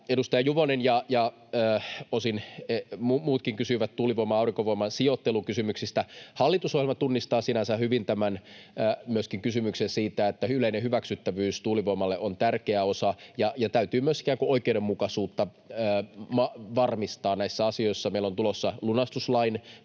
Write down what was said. edustaja Juvonen ja osin muutkin kysyivät tuulivoiman ja aurinkovoiman sijoittelukysymyksistä. Hallitusohjelma tunnistaa sinänsä hyvin myöskin tämän kysymyksen siitä, että yleinen hyväksyttävyys tuulivoimalle on tärkeä osa ja täytyy myös ikään kuin oikeudenmukaisuutta varmistaa näissä asioissa. Meillä on tulossa lunastuslain